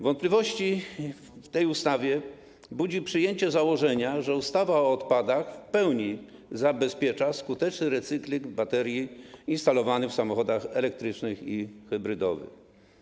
Wątpliwości w tej ustawie budzi przyjęcie założenia, że ustawa o odpadach w pełni zabezpiecza skuteczny recykling baterii instalowanych w samochodach elektrycznych i hybrydowych.